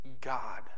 God